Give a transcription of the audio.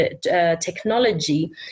technology